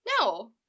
no